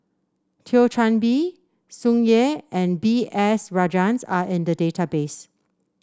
Thio Chan Bee Tsung Yeh and B S Rajhans are in the database